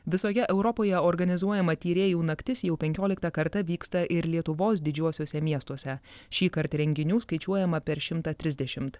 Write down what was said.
visoje europoje organizuojama tyrėjų naktis jau penkioliktą kartą vyksta ir lietuvos didžiuosiuose miestuose šįkart renginių skaičiuojama per šimtą trisdešimt